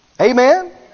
Amen